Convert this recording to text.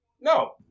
No